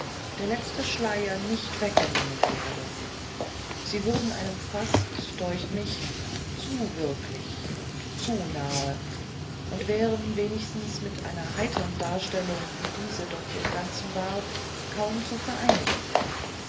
der letzte schleier nicht hinweggenommen werde sie würden einem fast deucht mich zu wirklich und zu nahe und wären wenigstens mit einer heitern darstellung wie diese noch im ganzen war kaum zu vereinigen